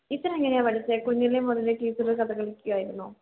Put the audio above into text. teacher എങ്ങനെയാണ് പഠിച്ചത് കുഞ്ഞിലെ മുതലേ ടീച്ചർ കഥകളിക്കുകയായിരുന്നോ